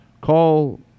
call